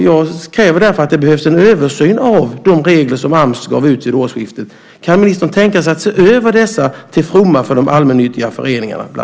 Jag kräver därför att det görs en översyn av de regler som Ams gav ut vid årsskiftet. Kan ministern tänka sig att se över dessa, bland annat till fromma för de allmännyttiga föreningarna?